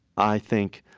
i think